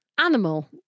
Animal